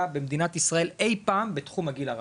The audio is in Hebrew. במדינת ישראל אי פעם בתחום הגיל הרך,